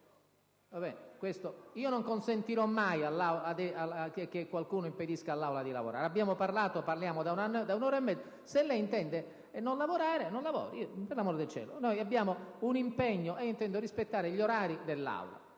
Non consentirò mai che qualcuno impedisca all'Aula di lavorare. Abbiamo parlato, parliamo da un'ora e mezza, se lei intende non lavorare non lavori. Per l'amor del Cielo! Noi abbiamo un impegno ed io intendo rispettare gli orari dell'Aula.